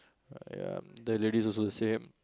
uh ya the lady also the same